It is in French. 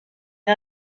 une